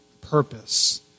purpose